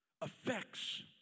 affects